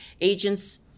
agents